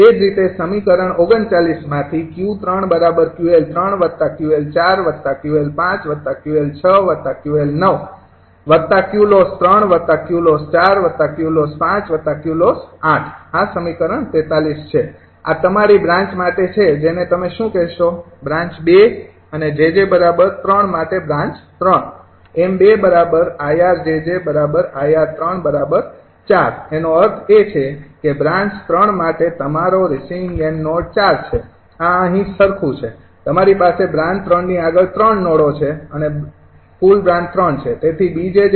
એ જ રીતે સમીકરણ ૩૯ માંથી આ સમીકરણ ૪૩ છે આ તમારી બ્રાન્ચ માટે છે જેને તમે શું કહેશો બ્રાન્ચ ૨ અને 𝑗𝑗૩ માટે બ્રાન્ચ ૩ 𝑚૨𝐼𝑅𝑗𝑗𝐼𝑅૩૪ એનો અર્થ એ કે બ્રાન્ચ ૩ માટે તમારો રિસીવિંગ નોડ ૪ છે આ અહી સરખું છે તમારી પાસે બ્રાન્ચ ૩ ની આગળ ૩ નોડો છે અને કુલ બ્રાન્ચ ૩ છે